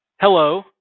Hello